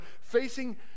facing